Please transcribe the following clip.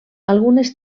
algunes